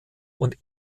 und